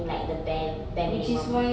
like the bare bare minimum